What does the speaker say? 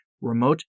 remote